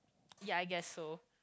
ya I guess so